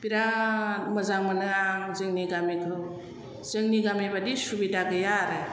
बिराद मोजां मोनो आं जोंनि गामिखौ जोंनि गामि बायदि सुबिदा गैया आरो